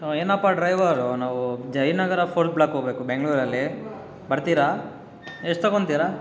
ಓಹ್ ಏನಪ್ಪಾ ಡ್ರೈವರು ನಾವು Jayanagar fourth block ಹೋಬೇಕು ಬೆಂಗಳೂರಲ್ಲಿ ಬರ್ತಿರಾ ಎಷ್ಟು ತೊಗೊಂತಿರಾ